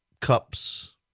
cups